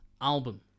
album